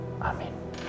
Amen